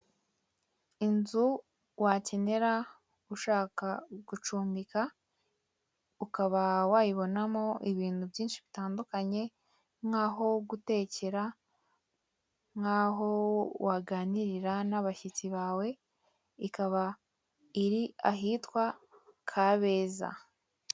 Inzu wakenera ushaka gucumbika, ukaba wayibonamo ibintu byinshi bitandukanye nkaho gutekera, nkaho waganirira n'abashyitsi bawe, ikaba iri ahitwa Kabeza.